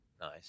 Nice